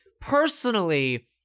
personally